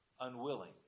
unwilling